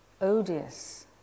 odious